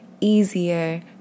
easier